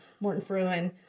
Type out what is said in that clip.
Morton-Fruin